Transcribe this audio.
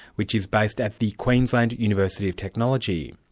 which is based at the queensland university of technology.